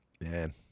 Man